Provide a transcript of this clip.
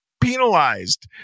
penalized